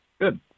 Good